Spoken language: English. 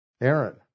Aaron